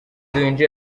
winjiye